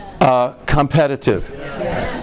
Competitive